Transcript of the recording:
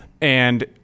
and-